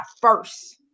first